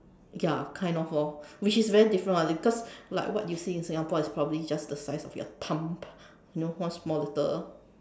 ya kind of lor which is very different [one] because like what you see in Singapore is probably just the size of your thumb you know one small little